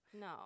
no